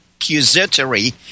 accusatory